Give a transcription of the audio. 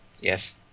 Yes